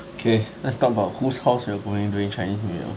okay let's talk about whose house you are going during chinese new year